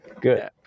Good